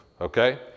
okay